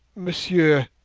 monsieur,